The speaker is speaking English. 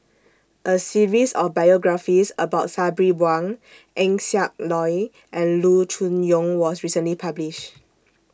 A series of biographies about Sabri Buang Eng Siak Loy and Loo Choon Yong was recently published